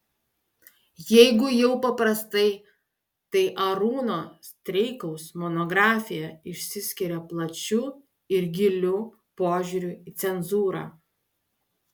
jeigu jau paprastai tai arūno streikaus monografija išsiskiria plačiu ir giliu požiūriu į cenzūrą